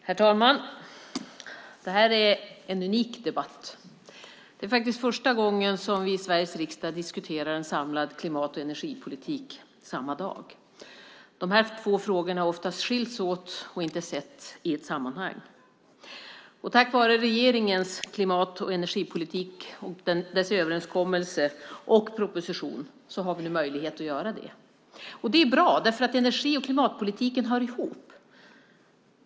Herr talman! Det här är en unik debatt. Det är faktiskt första gången som vi i Sveriges riksdag diskuterar en samlad klimat och energipolitik på samma dag. De här två frågorna har oftast skilts åt och inte setts i ett sammanhang. Tack vare regeringens klimat och energipolitik och dess överenskommelse och proposition har vi nu möjlighet att göra detta. Och det är bra därför att energi och klimatpolitiken hör ihop.